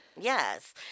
Yes